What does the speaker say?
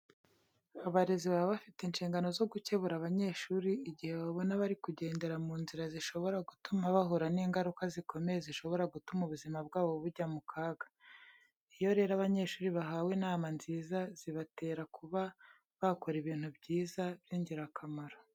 Abarezi baba bafite inshingano zo gukebura abanyeshuri igihe babona bari kugendera mu nzira zishobora gutuma bahura n'ingaruka zikomeye zishobora gutuma ubuzima bwabo bujya mu kaga. Iyo rero abanyeshuri bahawe inama nziza zibatera kuba bakora ibintu byiza by'ingirakamaro.